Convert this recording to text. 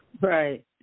Right